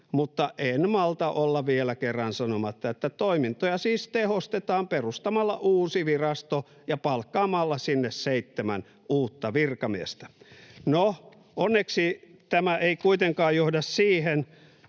mutta en malta olla vielä kerran sanomatta, että toimintoja siis tehostetaan perustamalla uusi virasto ja palkkaamalla sinne seitsemän uutta virkamiestä. No, onneksi tämä ei kuitenkaan johda siihen